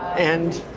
and